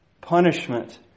punishment